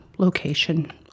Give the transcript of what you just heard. location